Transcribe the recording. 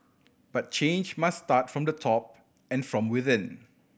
but change must start from the top and from within